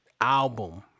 album